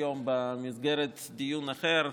היום במסגרת דיון אחר,